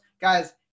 Guys